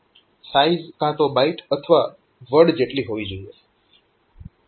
size કાં તો byte અથવા વર્ડ જેટલી હોવી જોઈએ